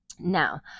Now